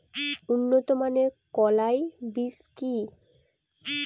উন্নত মানের কলাই বীজ কি?